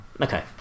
Okay